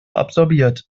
absorbiert